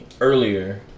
earlier